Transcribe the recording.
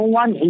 one